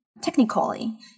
technically